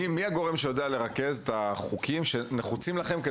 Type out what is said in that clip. מי הגורם שיודע לרכז את החוקים שנחוצים לכם?